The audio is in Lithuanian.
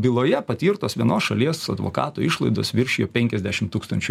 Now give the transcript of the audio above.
byloje patirtos vienos šalies advokato išlaidos viršijo penkiasdešim tūkstančių